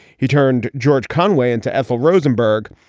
he turned george conway into ethel rosenberg.